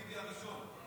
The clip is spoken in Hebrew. זה חוק טיבי הראשון?